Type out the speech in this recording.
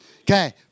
Okay